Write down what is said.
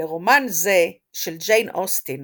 לרומן זה של ג'יין אוסטן